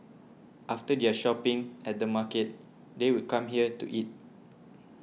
after their shopping at the market they would come here to eat